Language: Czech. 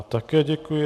Také děkuji.